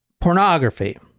pornography